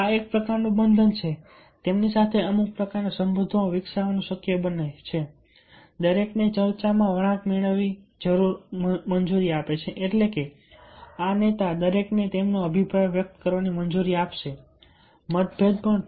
આ એક પ્રકારનું બંધન તેમની સાથે અમુક પ્રકારના સંબંધો વિકસાવવાનું શક્ય બનશે દરેકને ચર્ચામાં વળાંક મેળવવાની મંજૂરી આપે છે એટલે કે આ નેતા દરેકને તેમનો અભિપ્રાય વ્યક્ત કરવાની મંજૂરી આપશે મતભેદ પણ છે